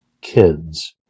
kids